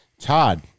Todd